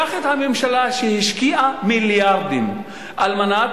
קח את הממשלה שהשקיעה מיליארדים על מנת